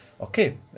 okay